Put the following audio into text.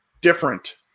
different